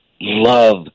love